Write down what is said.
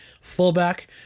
fullback